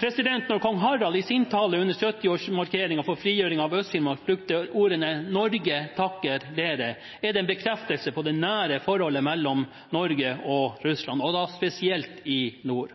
Da kong Harald i sin tale under 70-årsmarkeringen for frigjøringen av Øst-Finnmark brukte ordene «Norge takker dere», var det en bekreftelse på det nære forholdet mellom Norge og Russland – og da spesielt i nord.